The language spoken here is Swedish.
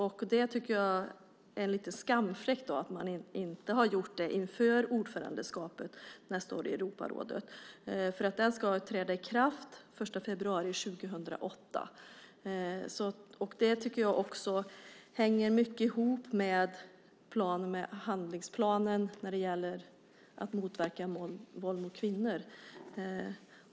Jag tycker att det är en skamfläck att man inte har gjort det inför ordförandeskapet i Europarådet nästa år. Den ska träda i kraft den 1 februari 2008. Det tycker jag också hänger mycket ihop med handlingsplanen när det gäller att motverka våld mot kvinnor.